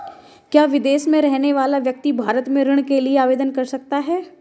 क्या विदेश में रहने वाला व्यक्ति भारत में ऋण के लिए आवेदन कर सकता है?